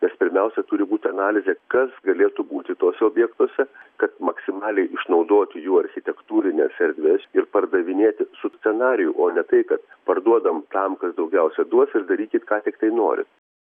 nes pirmiausia turi būti analizė kas galėtų būti tuose objektuose kad maksimaliai išnaudotų jų architektūrines erdves ir pardavinėti su scenariju o ne tai kad parduodam tam kas daugiausia duos ir darykit ką tiktai norit